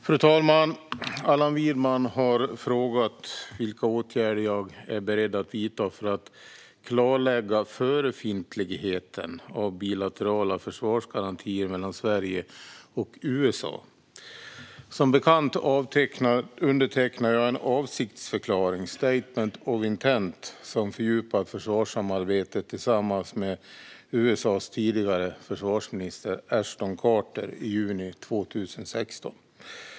Fru talman! Allan Widman har frågat mig vilka åtgärder jag är beredd att vidta för att klarlägga förefintligheten av bilaterala försvarsgarantier mellan Sverige och USA. Som bekant undertecknade jag en avsiktsförklaring, Statement of Intent, om fördjupat försvarssamarbete tillsammans med USA:s tidigare försvarsminister Ashton Carter i juni 2016.